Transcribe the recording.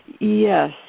Yes